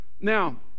Now